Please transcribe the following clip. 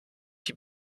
die